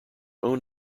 own